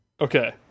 Okay